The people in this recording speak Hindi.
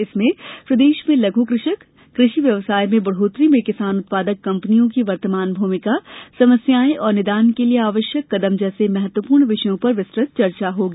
इसमें प्रदेश में लघु कृषक कृषि व्यवसाय में बढ़ोत्तरी में किसान उत्पादक कंपनियों की वर्तमान भूमिका समस्याएं एवं निदान के लिये आवश्यक कदम जैसे महत्वपूर्ण विषयों पर विस्तृत चर्चा होगी